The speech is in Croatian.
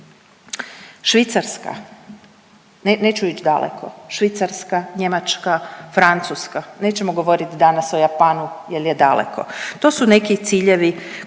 Švicarska, neću ić daleko, Švicarska, Njemačka, Francuska, nećemo govoriti danas o Japanu jer je daleko, to su neki ciljevi